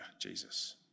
Jesus